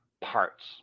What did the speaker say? parts